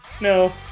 No